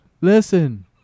Listen